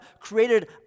created